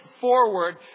forward